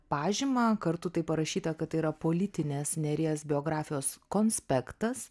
pažymą kartu tai parašyta kad tai yra politinės nėries biografijos konspektas